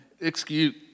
Excuse